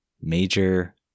Major